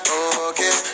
okay